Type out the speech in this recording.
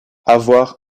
avoir